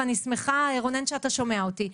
ואני שמחה רונן שאתה שומע אותי,